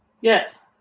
Yes